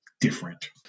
different